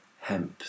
hemp